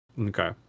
Okay